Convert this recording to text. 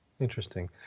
Interesting